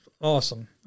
awesome